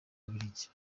bubiligi